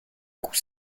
coup